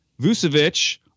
Vucevic